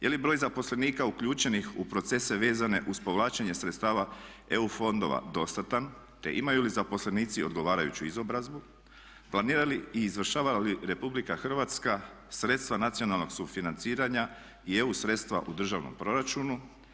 Je li broj zaposlenika uključenih u procese vezane uz povlačenje sredstava EU fondova dostatan, te imaju li zaposlenici odgovarajuću izobrazbu, planira li i izvršava li RH sredstva nacionalnog sufinanciranja i EU sredstva u državnom proračunu?